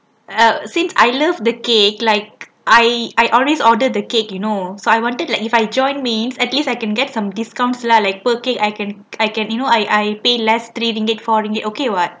uh since I love the cake like I always order the cake you know so I wanted like if I join means at least I can get some discounts lah like per cake I can I can you know I I pay less three ringgit four ringgit okay [what]